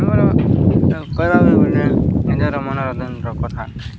ଆମର ନିଜର ମନୋରଞ୍ଜନର କଥା